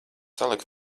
tās